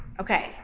Okay